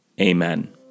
Amen